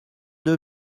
deux